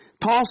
Paul